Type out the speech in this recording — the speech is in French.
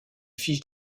fiches